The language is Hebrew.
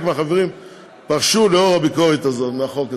מהחברים פרשו לאור הביקורת הזאת מהחוק הזה.